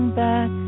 back